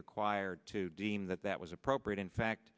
required to deem that that was appropriate in fact